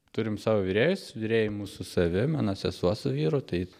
turim savo virėjus virėjai mūsų savi mano sesuo su vyru tai